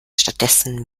stattdessen